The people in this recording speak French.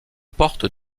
portes